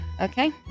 Okay